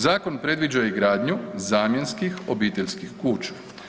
Zakon predviđa i gradnju zamjenskih obiteljskih kuća.